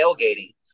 tailgating